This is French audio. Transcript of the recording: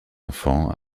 enfant